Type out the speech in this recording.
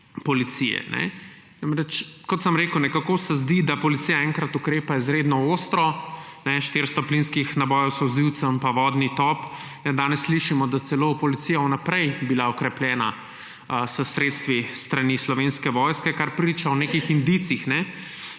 policije. Kot sem rekel, nekako se zdi, da policija enkrat ukrepa izredno ostro – 400 plinskih nabojev s solzivcem pa vodni top, danes slišimo, da je bila policija celo vnaprej okrepljena s sredstvi s strani Slovenske vojske, kar priča o nekih indicih